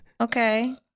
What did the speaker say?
Okay